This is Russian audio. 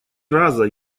раза